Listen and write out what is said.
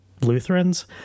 Lutherans